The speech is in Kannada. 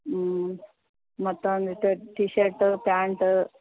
ಹ್ಞೂ ಮತ್ತು ಒಂದು ಟ ಟೀ ಶರ್ಟು ಪ್ಯಾಂಟು